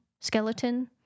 skeleton